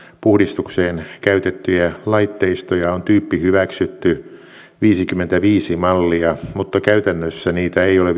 puhdistukseen käytettyjä laitteistoja on tyyppihyväksytty viisikymmentäviisi mallia mutta käytännössä niitä ei ole